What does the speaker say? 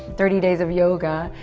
thirty days of yoga.